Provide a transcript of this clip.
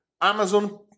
Amazon